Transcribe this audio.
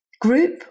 group